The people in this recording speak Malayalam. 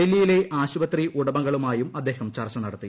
ഡൽഹിയിലെ ആശുപത്രി ഉടമകളുമായും അദ്ദേഹം ചർച്ച നടത്തി